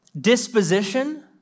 disposition